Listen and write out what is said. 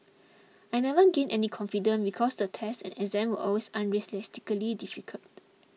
I never gained any confidence because the tests and exams were always unrealistically difficult